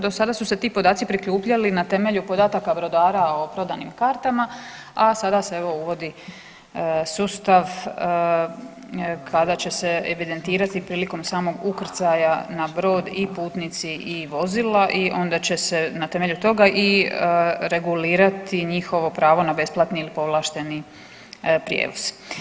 Do sada su se ti podaci prikupljali na temelju podataka brodara o prodanim kartama, a sada se evo uvodi sustav kada će se evidentirati prilikom samog ukrcaja na brod i putnici i vozila i onda će se na temelju toga i regulirati njihovo pravo na besplatni povlašteni prijevoz.